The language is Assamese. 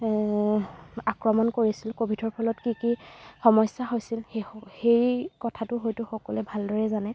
আক্ৰমণ কৰিছিল ক'ভিডৰ ফলত কি কি সমস্য়া হৈছিল সে সেই কথাটো হয়তো সকলোৱে ভালদৰে যানে